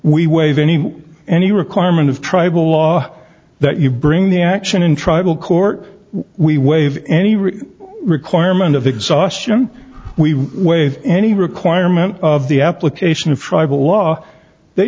we waive any any requirement of tribal law that you bring the action in tribal court we waive any written requirement of exhaustion we waive any requirement of the application of tribal law they